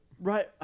Right